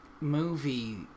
movie